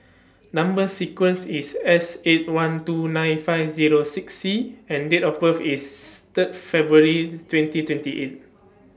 Number sequence IS S eight one two nine five Zero six C and Date of birth IS Third February twenty twenty eight